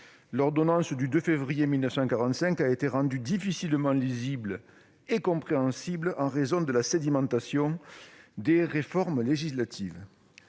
l'ordonnance du 2 février 1945 est devenue difficilement lisible et compréhensible en raison de la sédimentation des réformes législatives